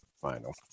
final